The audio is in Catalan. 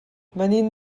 venim